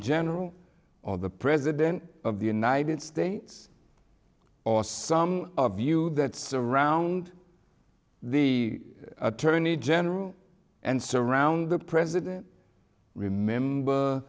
general or the president of the united states or some of you that surround the attorney general and surround the president remember